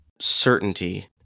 certainty